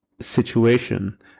situation